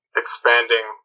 expanding